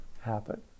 happen